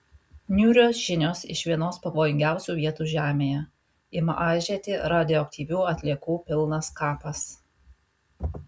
niūrios žinios iš vienos pavojingiausių vietų žemėje ima aižėti radioaktyvių atliekų pilnas kapas